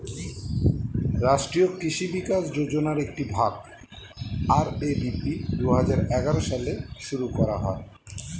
রাষ্ট্রীয় কৃষি বিকাশ যোজনার একটি ভাগ, আর.এ.ডি.পি দুহাজার এগারো সালে শুরু করা হয়